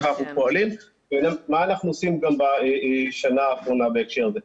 איך אנחנו פועלים ומה אנחנו עושים גם בשנה האחרונה בהקשר הזה.